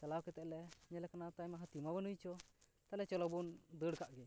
ᱪᱟᱞᱟᱣ ᱠᱟᱛᱮᱫ ᱞᱮ ᱧᱮᱞᱮ ᱠᱟᱱᱟ ᱦᱟᱹᱛᱤ ᱢᱟ ᱵᱟᱹᱱᱩᱭ ᱪᱚ ᱛᱟᱦᱞᱮ ᱪᱚᱞᱚ ᱵᱚᱱ ᱫᱟᱹᱲ ᱠᱟᱜ ᱜᱮ